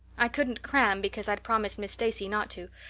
i couldn't cram because i'd promised miss stacy not to,